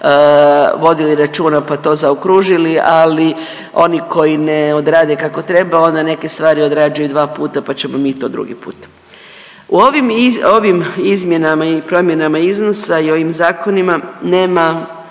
pa to zaokružili, ali oni koji ne odrade kako treba onda neke stvari odrađuju dva puta, pa ćemo mi to drugi put. U ovim izmjenama i promjenama iznosa i ovim zakonima nema